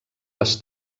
les